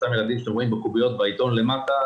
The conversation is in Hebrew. אותם ילדים שאתם רואים בקוביות בעיתון למטה,